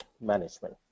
management